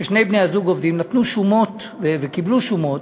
שני בני-הזוג נתנו שומות וקיבלו שומות,